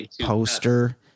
poster